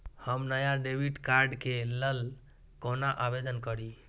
हम नया debit card के लल कौना आवेदन करि?